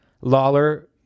lawler